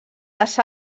les